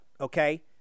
okay